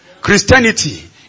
Christianity